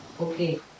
Okay